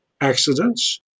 accidents